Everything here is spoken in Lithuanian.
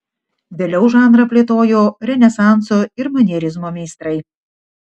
vėliau žanrą plėtojo renesanso ir manierizmo meistrai